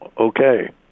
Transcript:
okay